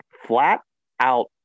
flat-out